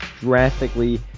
drastically